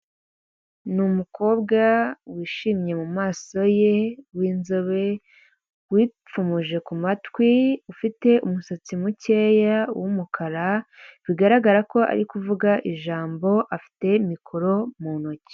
Ni umukobwa wishimye mu maso ye w'inzobe wipfumuje ku matwi ufite umusatsi mukeya w'umukara bigaragara ko ari kuvuga ijambo afite mikoro mu ntoki.